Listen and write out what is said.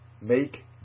make